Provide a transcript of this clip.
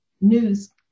news